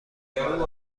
همه